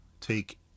take